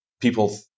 people